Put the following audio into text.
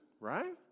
right